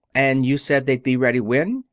and you said they'd be ready when?